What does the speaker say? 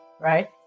right